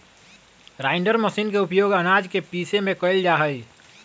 grinder machine के उपयोग आनाज के पीसे में कइल जाहई